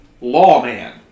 lawman